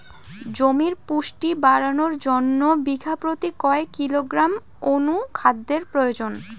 জমির পুষ্টি বাড়ানোর জন্য বিঘা প্রতি কয় কিলোগ্রাম অণু খাদ্যের প্রয়োজন?